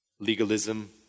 Legalism